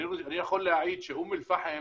אני יכול להעיד שאום אל פחם